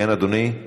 כן, אדוני?